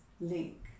link